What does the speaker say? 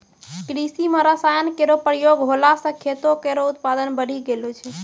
कृषि म रसायन केरो प्रयोग होला सँ खेतो केरो उत्पादन बढ़ी गेलो छै